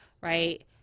right